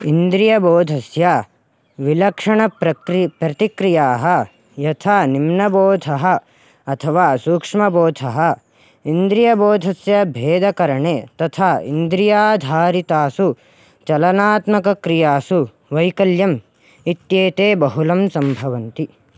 इन्द्रियबोधस्य विलक्षणप्रक्रिया प्रतिक्रियाः यथा निम्नबोधः अथवा सूक्ष्मबोधः इन्द्रियबोधस्य भेदकरणे तथा इन्द्रियाधारितासु चलनात्मक्रियासु वैकल्यम् इत्येते बहुलं सम्भवन्ति